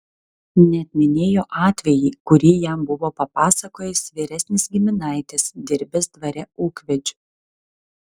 net minėjo atvejį kurį jam buvo papasakojęs vyresnis giminaitis dirbęs dvare ūkvedžiu